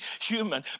human